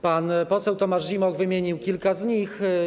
Pan poseł Tomasz Zimoch wymienił kilka z nich.